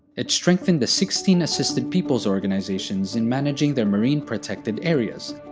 it strengthened the sixteen assisted people's organizations in managing their marine protected areas.